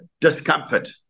discomfort